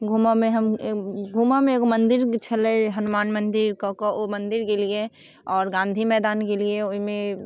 घुमऽमे हम घुमऽमे एगो मन्दिर छलै हनुमान मन्दिर कऽ कऽ ओ मन्दिर गेलिए आओर गाँधी मैदान गेलिए ओहिमे